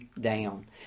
down